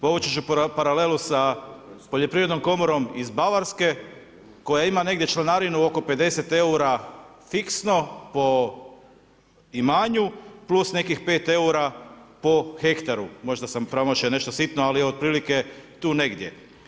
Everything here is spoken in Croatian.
Povući ću paralelu sa poljoprivrednom komorom iz Bavarske koja ima negdje članarinu oko 50 eura fiksno po imanju plus nekih 5 eura po hektaru, možda sam promašio nešto sitno ali je otprilike tu negdje.